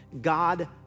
God